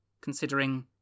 Considering